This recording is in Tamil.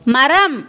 மரம்